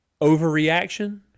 overreaction